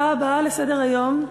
נעבור להצעות לסדר-היום בנושא: